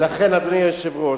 ולכן, אדוני היושב-ראש,